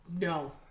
No